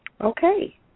Okay